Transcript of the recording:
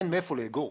אין מהיכן לאגור,